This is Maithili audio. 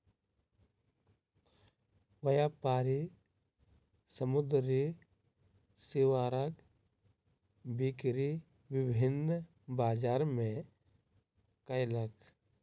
व्यापारी समुद्री सीवरक बिक्री विभिन्न बजार मे कयलक